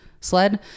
sled